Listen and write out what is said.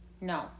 No